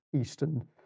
eastern